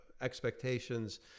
expectations